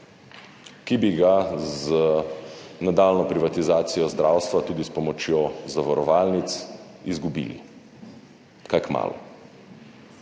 ki bi ga z nadaljnjo privatizacijo zdravstva, tudi s pomočjo zavarovalnic, izgubili kaj kmalu.